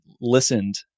listened